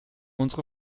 unsere